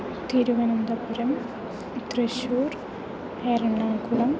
Thiruvananthapuram Thrissur Ernakulam